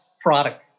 product